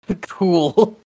Cool